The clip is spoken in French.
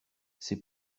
ses